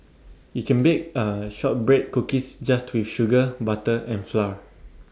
you can bake A Shortbread Cookies just with sugar butter and flour